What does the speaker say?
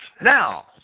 Now